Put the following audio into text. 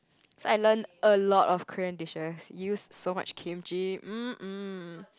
so I learn a lot of Korean dishes used so much kimchi mm